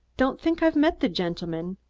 don't think i've met the gentleman,